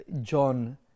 John